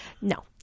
no